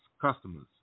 customers